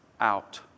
out